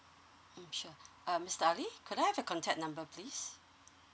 mm sure um mister ali could I have your contact number please